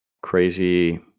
crazy